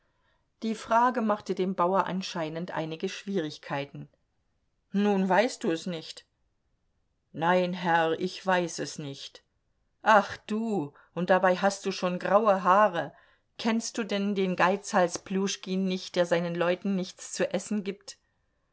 die frage machte dem bauer anscheinend einige schwierigkeiten nun weißt du es nicht nein herr ich weiß es nicht ach du und dabei hast du schon graue haare kennst du denn den geizhals pljuschkin nicht der seinen leuten nichts zu essen gibt